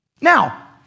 Now